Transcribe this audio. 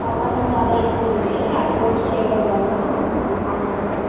అవకాశాలు చాలా ఎక్కువ ఉన్నాయి ఆ కోర్స్ చెయ్యడం వల్ల అన్నారు